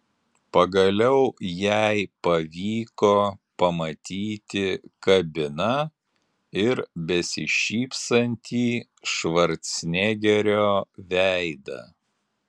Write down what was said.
pagaliau jai pavyko pamatyti kabiną ir besišypsantį švarcnegerio veidą